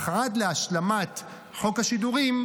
אך עד להשלמת חוק השידורים,